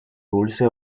dulce